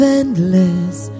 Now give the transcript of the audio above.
endless